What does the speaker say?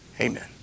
amen